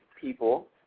people